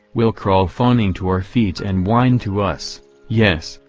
will crawl fawning to our feet and whine to us yes,